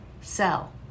sell